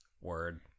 Word